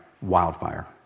wildfire